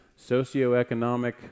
socioeconomic